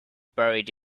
buried